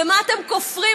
במה אתם כופרים?